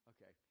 Okay